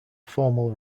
formal